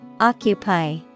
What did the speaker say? Occupy